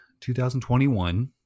2021